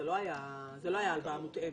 זו לא הייתה הלוואה מותאמת.